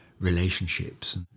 relationships